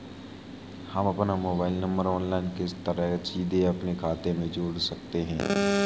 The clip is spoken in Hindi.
हम अपना मोबाइल नंबर ऑनलाइन किस तरह सीधे अपने खाते में जोड़ सकते हैं?